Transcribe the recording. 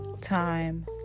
time